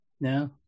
No